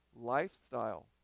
lifestyle